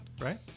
right